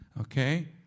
okay